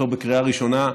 לקריאה ראשונה,